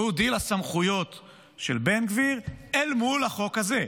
והוא דיל הסמכויות של בן גביר אל מול החוק הזה.